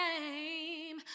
name